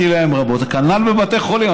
כנ"ל בבתי חולים.